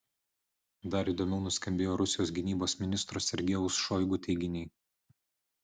dar įdomiau nuskambėjo rusijos gynybos ministro sergejaus šoigu teiginiai